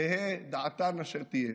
תהא דעתם אשר תהא: